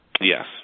Yes